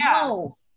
No